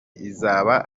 izaba